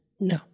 No